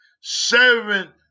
serving